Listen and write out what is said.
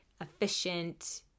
efficient